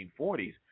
1940s